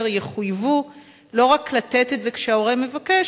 יחויבו לא רק לתת את זה כשההורה מבקש,